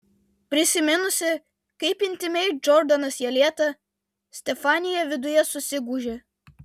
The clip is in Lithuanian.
prisiminusi kaip intymiai džordanas ją lietė stefanija viduje susigūžė